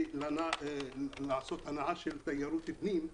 שהיא לעשות הנעה של תיירות פנים.